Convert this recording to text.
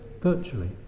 virtually